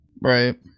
Right